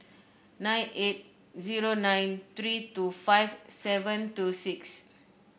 nine eight zero nine three two five seven two six